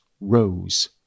rose